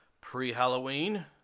pre-halloween